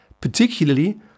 particularly